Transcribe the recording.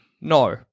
no